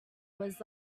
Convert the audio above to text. was